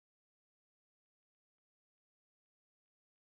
broccolis no mine is just two carrots mine